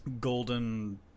golden